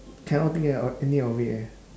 cannot think of any of it eh